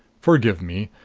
forgive me.